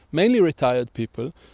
mainly retired people,